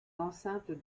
l’enceinte